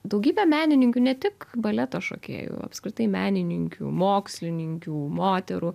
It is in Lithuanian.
daugybė menininkų ne tik baleto šokėjų apskritai menininkių mokslininkių moterų